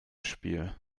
spiel